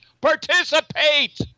Participate